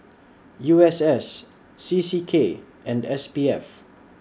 U S S C C K and S P F